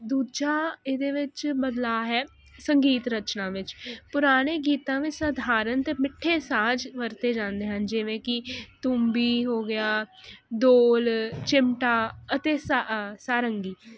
ਦੂਜਾ ਇਹਦੇ ਵਿੱਚ ਬਦਲਾਅ ਹੈ ਸੰਗੀਤ ਰਚਨਾ ਵਿੱਚ ਪੁਰਾਨੇ ਗੀਤਾਂ ਵਿੱਚ ਸਾਧਾਰਨ ਤੇ ਮਿੱਠੇ ਸਾਜ ਵਰਤੇ ਜਾਂਦੇ ਹਨ ਜਿਵੇਂ ਕੀ ਤੂੰਬੀ ਹੋ ਗਿਆ ਡੋਲ ਚਿਮਟਾ ਅਤੇ ਸਾ ਸਾਰੰਗੀ